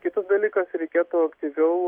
kitas dalykas reikėtų aktyviau